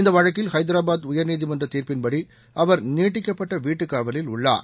இந்த வழக்கில் ஹைதராபாத் உயர்நீதிமன்ற தீர்ப்பின்படி அவர் நீட்டிக்கப்பட்ட வீட்டுக்காவலில் உள்ளார்